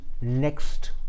next